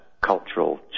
cultural